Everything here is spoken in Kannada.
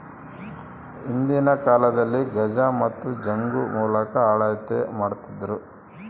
ಹಿಂದಿನ ಕಾಲದಲ್ಲಿ ಗಜ ಮತ್ತು ಜಂಗು ಮೂಲಕ ಅಳತೆ ಮಾಡ್ತಿದ್ದರು